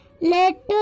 let